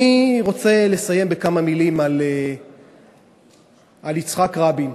אני רוצה לסיים בכמה מילים על יצחק רבין.